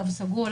תו סגול,